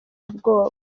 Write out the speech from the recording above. ubwoba